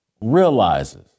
realizes